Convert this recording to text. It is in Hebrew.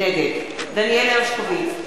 נגד דניאל הרשקוביץ,